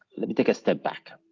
let me take a step back,